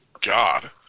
God